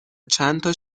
چندتا